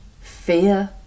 fear